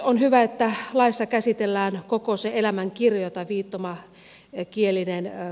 on hyvä että laissa käsitellään koko se elämän kirjo jota viittomakielinen kohtaa